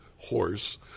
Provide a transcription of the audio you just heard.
horse